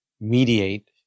mediate